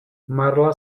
marla